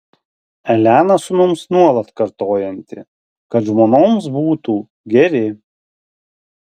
elena sūnums nuolat kartojanti kad žmonoms būtų geri